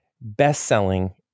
best-selling